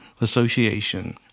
Association